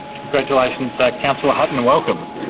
congratulations, councillor hutton and welcome.